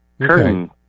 curtain